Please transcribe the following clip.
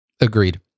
Agreed